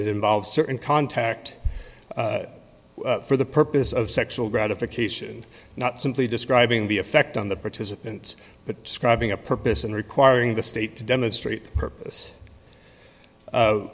that involves certain contact for the purpose of sexual gratification not simply describing the effect on the participant but scribing a purpose and requiring the state to demonstrate purpose